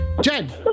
Jen